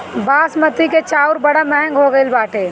बासमती के चाऊर बड़ा महंग हो गईल बाटे